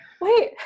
wait